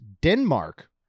Denmark